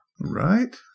Right